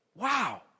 Wow